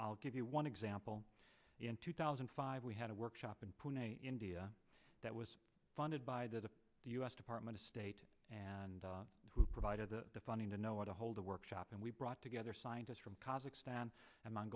i'll give you one example in two thousand and five we had a workshop and india that was funded by the u s department of state and who provided the funding to know where to hold a workshop and we brought together scientists from